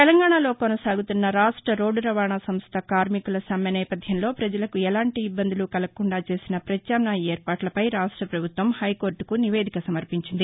తెలంగాణాలో కానసాగుతున్న రాష్ట్ర రోడ్దు రవాణా సంస్థ కార్మికుల సమ్మేనేపధ్యంలో ప్రజలకు ఎలాంటి ఇబ్బందులు కలగకుండా చేసిన ప్రత్యామ్నాయ ఏర్పాట్లపై రాష్ట్ర ప్రభుత్వం హైకోర్టకు నివేదిక సమర్పించింది